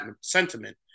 sentiment